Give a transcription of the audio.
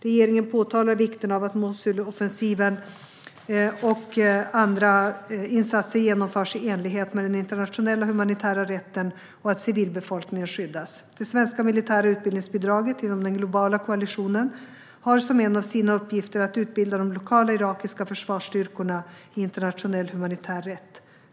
Regeringen framhåller vikten av att Mosuloffensiven och andra insatser genomförs i enlighet med den internationella humanitära rätten och att civilbefolkningen skyddas. Det svenska militära utbildningsbidraget inom den globala koalitionen har som en av sina uppgifter att utbilda de lokala irakiska försvarsstyrkorna i internationell humanitär rätt.